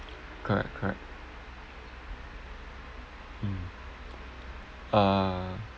correct correct mm uh